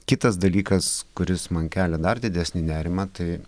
kitas dalykas kuris man kelia dar didesnį nerimą tai